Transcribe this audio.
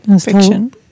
Fiction